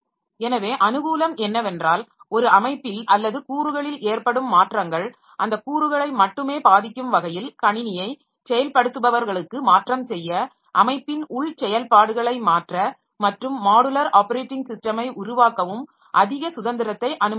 எனவே அனுகூலம் என்னவென்றால் ஒரு அமைப்பில் அல்லது கூறுகளில் ஏற்படும் மாற்றங்கள் அந்த கூறுகளை மட்டுமே பாதிக்கும் வகையில் கணினியை செயல்படுத்துபவர்களுக்கு மாற்றம் செய்ய அமைப்பின் உள் செயல்பாடுகளை மாற்ற மற்றும் மாடுலார் ஆப்பரேட்டிங் சிஸ்டமை உருவாக்கவும் அதிக சுதந்திரத்தை அனுமதிக்கிறது